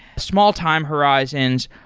small time horizons.